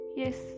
yes